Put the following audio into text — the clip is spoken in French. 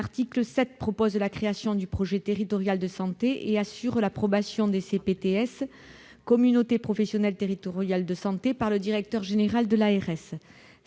L'article 7 prévoit la création du projet territorial de santé et assure l'approbation des CPTS, les communautés professionnelles territoriales de santé, par le directeur général de l'ARS.